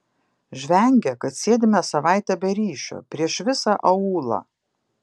žvengia kad sėdime savaitę be ryšio prieš visą aūlą